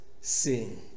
sing